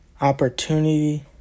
opportunity